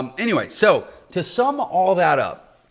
um anyway, so to sum all that up,